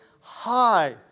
high